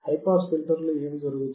high pass ఫిల్టర్లో ఏమి జరుగుతుంది